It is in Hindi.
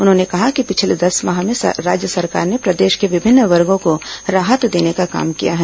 उन्होंने कहा कि पिछले दस माह में राज्य सरकार ने प्रदेश के विभिन्न वर्गों को राहत देने का काम किया है